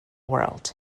world